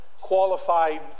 qualified